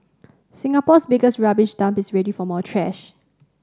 Singapore's biggest rubbish dump is ready for more trash